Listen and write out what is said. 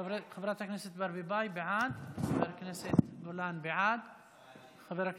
חברת הכנסת ברביבאי, בעד, חבר הכנסת גולן בעד,